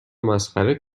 مسخره